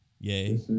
Yay